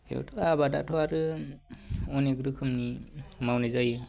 बेयावथ' आबादा आरो अनेक रोखोमनि मावनाय जायो